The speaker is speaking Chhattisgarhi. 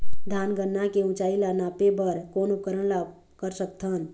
धान गन्ना के ऊंचाई ला नापे बर कोन उपकरण ला कर सकथन?